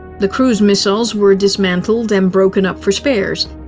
the cruise missiles were dismantled and broken up for spares.